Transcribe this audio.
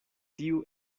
tiu